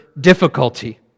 difficulty